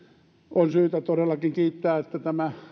on syytä todellakin kiittää siitä että tämä